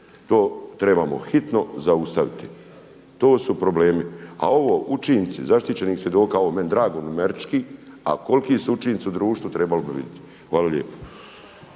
To trebamo hitno zaustaviti. To su problemi a ovo učinci zaštićenih svjedoka, ovo je meni drago numerički, a koliki su učinci u društvu trebalo bi vidjeti. Hvala lijepo.